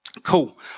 Cool